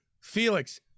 Felix